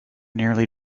nearly